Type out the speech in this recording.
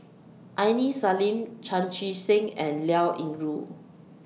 Aini Salim Chan Chee Seng and Liao Yingru